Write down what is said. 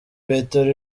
petero